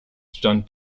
stand